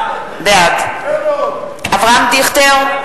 בעד אברהם דיכטר,